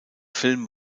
film